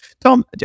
Tom